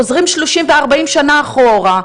חוזרים 30 ו-40 שנה אחורה,